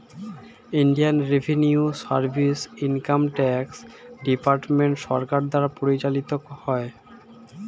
Indian revenue service income tax department সরকার দ্বারা পরিচালিত হয়